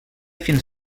fins